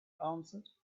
answered